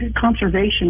conservation